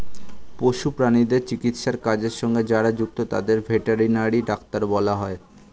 পশু প্রাণীদের চিকিৎসার কাজের সঙ্গে যারা যুক্ত তাদের ভেটেরিনারি ডাক্তার বলা হয়